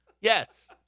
yes